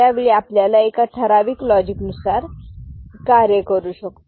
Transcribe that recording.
त्यावेळी आपल्याला एका ठराविक लॉजिक नुसार कार्य करू शकतो